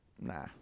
Nah